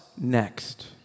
next